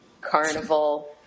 carnival